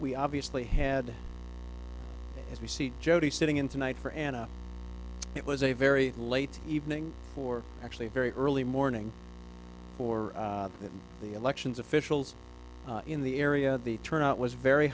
we obviously had as we see jodi sitting in tonight for and it was a very late evening for actually a very early morning for the elections officials in the area the turnout was very